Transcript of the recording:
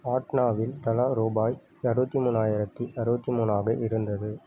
பாட்னாவில் தலா ரூபாய் அறுபத்தி மூணாயிரத்தி அறுபத்தி மூணா ஆக இருந்தது